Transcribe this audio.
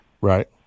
Right